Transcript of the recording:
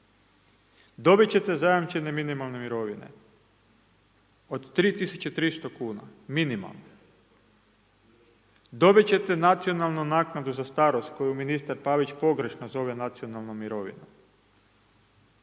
dobiti ćete zajamčene minimalne mirovine od 3300 kuna minimalno, dobiti ćete nacionalnu naknadu za starost koju ministar Pavić pogrešno zove nacionalnom mirovinom.